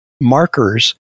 markers